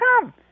come